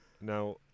Now